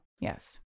Yes